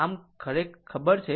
આ ખબર છે